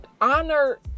honor